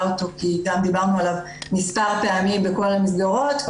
אותו כי דיברנו עליו מספר פעמים בכל המסגרות,